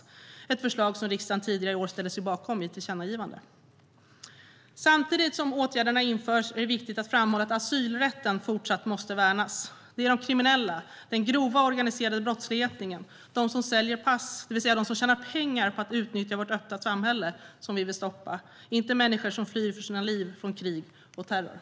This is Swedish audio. Det är ett förslag som riksdagen tidigare i år ställde sig bakom i ett tillkännagivande. Samtidigt som åtgärderna införs är det viktigt att framhålla att asylrätten fortsatt måste värnas. Det är de kriminella, den grova organiserade brottsligheten och de som säljer pass - det vill säga de som tjänar pengar på att utnyttja vårt öppna samhälle - som vi vill stoppa, inte människor som flyr för sina liv från krig och terror.